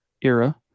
era